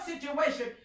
situation